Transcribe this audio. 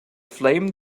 flame